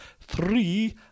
Three